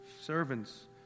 servants